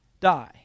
die